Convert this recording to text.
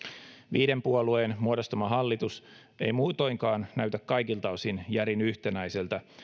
viiden puolueen muodostama hallitus ei muutoinkaan näytä kaikilta osin järin yhtenäiseltä